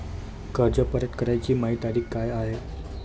कर्ज परत कराची मायी तारीख का हाय?